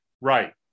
right